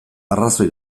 arrazoi